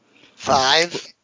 Five